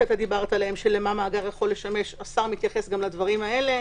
של מה המאגר יכול לשמש - השר מתייחס גם לדברים האלה.